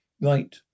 right